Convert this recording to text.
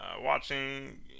watching